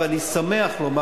ואני שמח לומר,